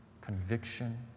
conviction